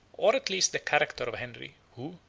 or at least the character, of henry, who,